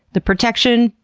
the protection?